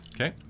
Okay